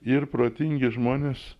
ir protingi žmonės